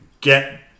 get